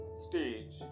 stage